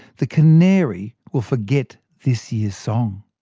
the canary will forget this year's song.